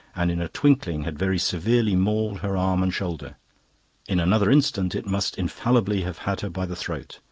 and in a twinkling had very severely mauled her arm and shoulder in another instant it must infallibly have had her by the throat,